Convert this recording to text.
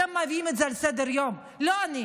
אתם מביאים את זה לסדר-היום, לא אני.